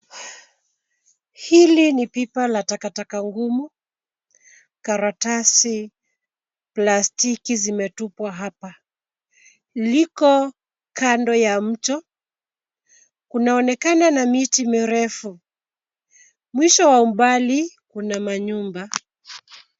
Hili ni pipa la takataka ngumu. Karatasi plastiki zimetupwa hapa. Liko kando ya mto. Kunaonekana na miti mirefu. Mwisho wa umbali kuna manyumba.